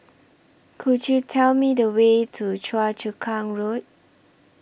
Could YOU Tell Me The Way to Choa Chu Kang Road